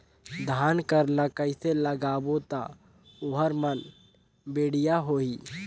धान कर ला कइसे लगाबो ता ओहार मान बेडिया होही?